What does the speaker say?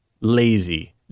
lazy